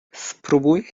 spróbuj